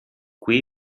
qui